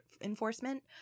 enforcement